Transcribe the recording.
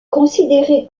considéré